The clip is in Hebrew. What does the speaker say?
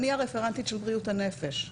אני הרפרנטית של בריאות הנפש.